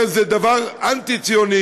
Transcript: הרי זה דבר אנטי-ציוני,